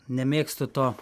nemėgstu to